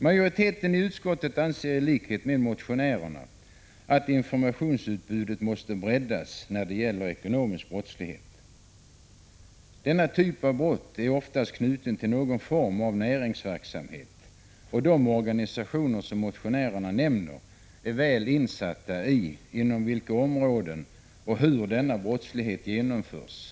Majoriteten i utskottet anser i likhet med motionärerna att informationsutbudet när det gäller ekonomisk brottslighet måste breddas. Denna typ av brott är oftast knuten till någon form av näringsverksamhet, och de organisationer som motionärerna nämner är väl insatta i inom vilka områden och hur denna brottslighet genomförs.